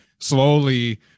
Slowly